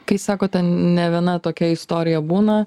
kai sakote ne viena tokia istorija būna